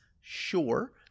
Sure